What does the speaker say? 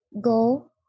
go